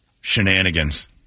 shenanigans